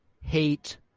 hate